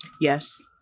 Yes